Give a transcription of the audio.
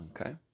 Okay